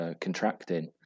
contracting